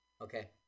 Okay